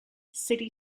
city